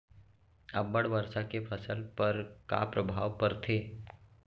अब्बड़ वर्षा के फसल पर का प्रभाव परथे?